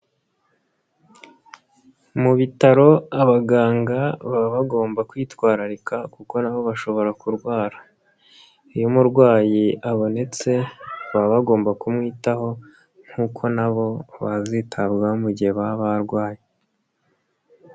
Mu bitaro abaganga baba bagomba kwitwararika kuko nabo bashobora kurwara. Iyo umurwayi abonetse, baba bagomba kumwitaho nkuko nabo bazitabwaho mu gihe baba barwaye.